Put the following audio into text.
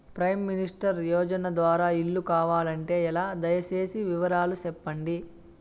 Prime minister యోజన ద్వారా ఇల్లు కావాలంటే ఎలా? దయ సేసి వివరాలు సెప్పండి?